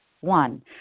One